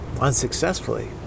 unsuccessfully